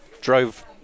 drove